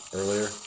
earlier